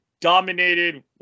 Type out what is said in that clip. dominated